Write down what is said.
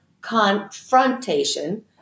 confrontation